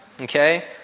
okay